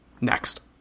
Next